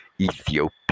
Ethiopia